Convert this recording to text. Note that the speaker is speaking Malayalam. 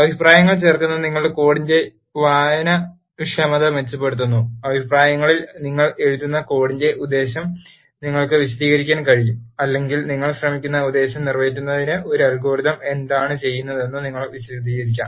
അഭിപ്രായങ്ങൾ ചേർക്കുന്നത് നിങ്ങളുടെ കോഡിന്റെ വായനാക്ഷമത മെച്ചപ്പെടുത്തുന്നു അഭിപ്രായങ്ങളിൽ നിങ്ങൾ എഴുതുന്ന കോഡിന്റെ ഉദ്ദേശ്യം നിങ്ങൾക്ക് വിശദീകരിക്കാൻ കഴിയും അല്ലെങ്കിൽ നിങ്ങൾ ശ്രമിക്കുന്ന ഉദ്ദേശ്യം നിറവേറ്റുന്നതിന് ഒരു അൽഗോരിതം എന്താണ് ചെയ്യുന്നതെന്ന് നിങ്ങൾക്ക് വിശദീകരിക്കാം